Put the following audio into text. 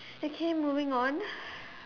okay moving on